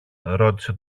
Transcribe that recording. ρώτησε